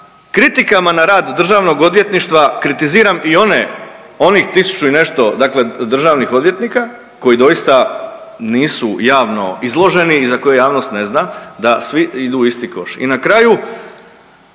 kritikama na rad državnog odvjetništva kritiziram i one onih tisuću i nešto dakle državnih odvjetnika koji doista nisu javno izloženi i za koje javnost ne zna, da svi idu u isti koš. I na kraju